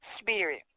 spirit